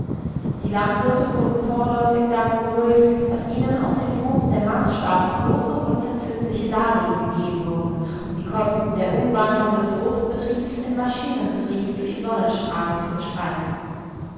die landwirte wurden vorläufig damit beruhigt daß ihnen aus den fonds der marsstaaten große unverzinsliche darlehen gegeben wurden um die kosten der umwandlung des fruchtbetriebs in maschinenbetrieb durch sonnenstrahlung zu bestreiten